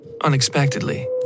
Unexpectedly